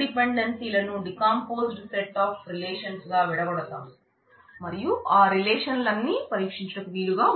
decomposed relation లో విధిగా